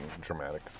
dramatic